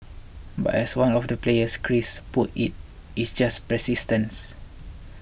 but as one of the players Chris puts it It's just persistence